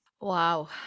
Wow